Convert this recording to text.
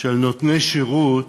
של נותני שירות